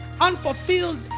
unfulfilled